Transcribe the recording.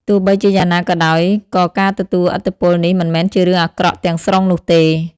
ទោះបីជាយ៉ាងណាក៏ដោយ ក៏ការទទួលឥទ្ធិពលនេះមិនមែនជារឿងអាក្រក់ទាំងស្រុងនោះទេ។